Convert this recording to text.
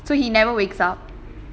so he never wakes up